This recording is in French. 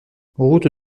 route